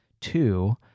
Two